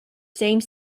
same